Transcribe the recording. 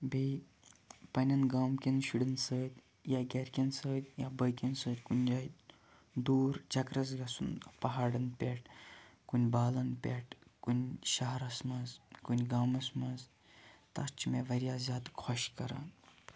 بیٚیہِ پَنہٕ نیٚن گامہٕ کیٚن شُریٚن سۭتۍ یا گَرِکیٚن سۭتۍ یا باقیَن سۭتۍ کُنہِ جایہِ دوٗر چَکرَس گَژھُن پَہاڑَن پیٚٹھ کُنہِ بالَن پیٚٹھ کُنہِ شَاہرَس مَنٛز کُنہِ گامَس مَنٛز تَتھ چھُ مےٚ واریاہ زیادٕ خۄش کَران